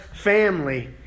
family